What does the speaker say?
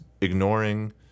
ignoring